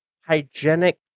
hygienic